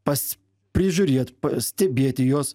pas prižiūrėt pastebėti juos